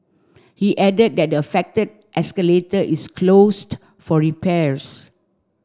he added that the affected escalator is closed for repairs